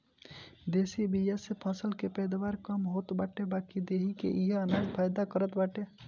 देशी बिया से फसल के पैदावार कम होत बाटे बाकी देहि के इहे अनाज फायदा करत बाटे